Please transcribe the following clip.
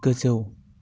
गोजौ